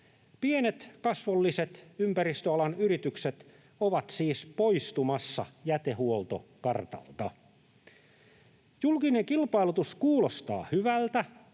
Pienet, kasvolliset ympäristöalan yritykset ovat siis poistumassa jätehuoltokartalta. Julkinen kilpailutus kuulostaa hyvältä,